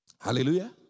Hallelujah